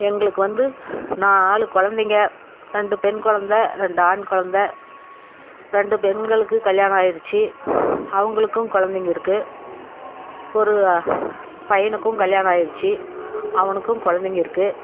எங்களுக்கு வந்து நாலு குழந்தைங்க ரெண்டு பெண் குழந்த ரெண்டு ஆண் குழந்த ரெண்டு பெண்களுக்கு கல்யாணம் ஆயிடுச்சு அவங்களுக்கும் குழந்தைங்க இருக்கு ஒரு பையனுக்கும் கல்யாணம் ஆயிடுச்சு அவனுக்கும் குழந்தைங்க இருக்கு